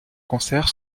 concerts